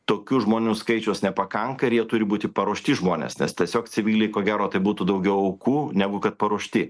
tokių žmonių skaičiaus nepakanka ir jie turi būti paruošti žmonės nes tiesiog civiliai ko gero tai būtų daugiau aukų negu kad paruošti